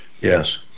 Yes